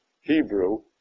Hebrew